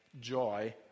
joy